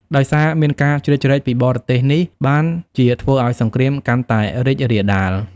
ដោយសារមានការជ្រៀតជ្រែកពីបរទេសនេះបានជាធ្វើឱ្យសង្គ្រាមកាន់តែរីករាលដាល។